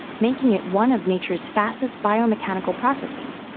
making it one of nature's fastest biomechanical processes.